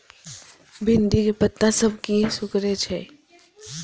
भिंडी के पत्ता सब किया सुकूरे छे?